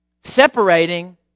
separating